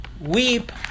weep